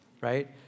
right